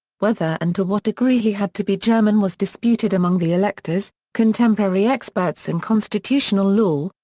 whether and to what degree he had to be german was disputed among the electors, contemporary experts in constitutional law,